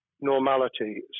normality